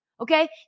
Okay